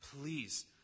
Please